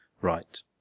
right